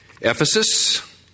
Ephesus